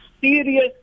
serious